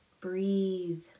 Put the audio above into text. breathe